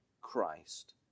Christ